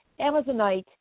Amazonite